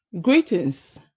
Greetings